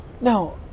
now